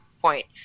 point